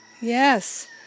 Yes